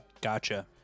Gotcha